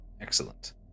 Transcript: Excellent